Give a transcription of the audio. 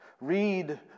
Read